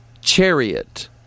chariot